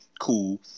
cool